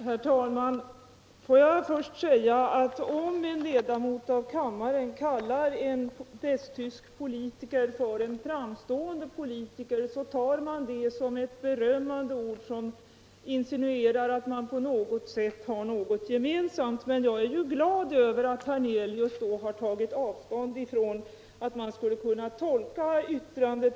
Herr talman! Låt mig först säga att om en ledamot av kammaren kallar en västtysk politiker för en framstående politiker så uppfattas det som ett berömmande ord och en antydan om att man har något gemensamt. Men jag är glad över att herr Hernelius har tagit avstånd från en sådan tolkning av uttalandet.